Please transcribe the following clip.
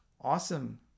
Awesome